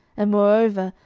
and, moreover,